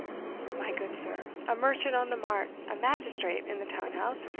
my good sir a merchant on the mart, a magistrate in the townhouse,